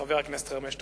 חבר הכנסת חרמש.